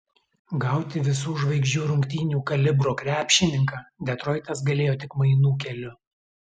gauti visų žvaigždžių rungtynių kalibro krepšininką detroitas galėjo tik mainų keliu